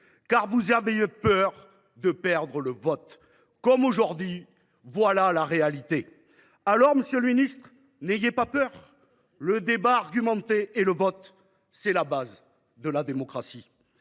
que vous aviez peur de perdre le vote, comme aujourd’hui. Voilà la réalité ! Monsieur le ministre, n’ayez pas peur. Le débat argumenté et le vote sont la base de la démocratie.